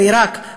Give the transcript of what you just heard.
בעיראק,